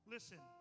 Listen